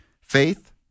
faith